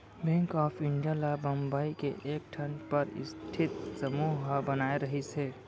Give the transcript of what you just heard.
bank of India ल बंबई के एकठन परस्ठित समूह ह बनाए रिहिस हे